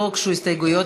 לא הוגשו הסתייגויות,